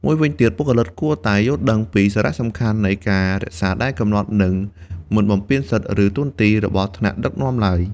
មួយវិញទៀត បុគ្គលិកគួរតែយល់ដឹងពីសារៈសំខាន់នៃការរក្សាដែនកំណត់ និងមិនបំពានសិទ្ធិ ឬតួនាទីរបស់ថ្នាក់ដឹកនាំឡើយ។